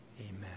Amen